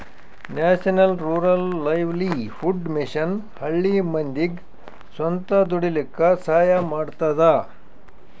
national rural livelihood mission ಹಳ್ಳಿ ಮಂದಿಗ್ ಸ್ವಂತ ದುಡೀಲಕ್ಕ ಸಹಾಯ ಮಾಡ್ತದ